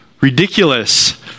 ridiculous